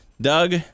Doug